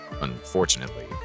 Unfortunately